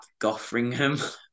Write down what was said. Goffringham